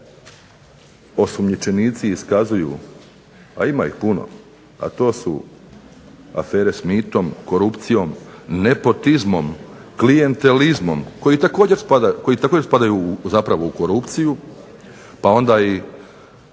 naši osumnjičenici iskazuju a ima ih puno, a to su afere s mitom, korupcijom, nepotizmom, klijentelizmom koji također spadaju u korupciju, pa onda i